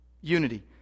Unity